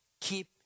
Keep